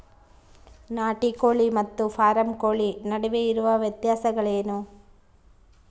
ನಾಟಿ ಕೋಳಿ ಮತ್ತು ಫಾರಂ ಕೋಳಿ ನಡುವೆ ಇರುವ ವ್ಯತ್ಯಾಸಗಳೇನು?